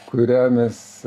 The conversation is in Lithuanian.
kuria mes